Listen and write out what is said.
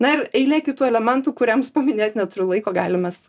na ir eilė kitų elementų kuriems paminėt neturiu laiko galim mes